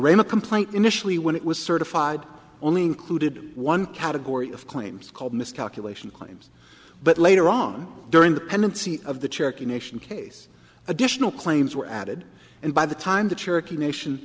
rain a complaint initially when it was certified only included one category of claims called miscalculation claims but later on during the pendency of the cherokee nation case additional claims were added and by the time the cherokee nation